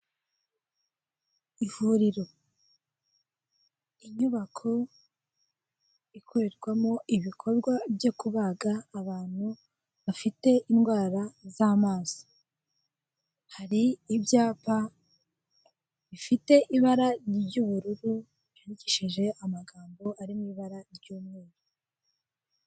Ivuriro. Inyubako ikorerwamo ibikorwa byo kubaga abantu bafite indwara z'amaso. Hari ibyapa bifite ibara ry'ubururu, byandikishije amagambo ari mu ibara ry'umweru.